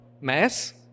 mass